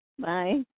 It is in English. bye